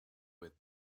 with